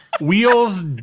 Wheels